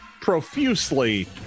Profusely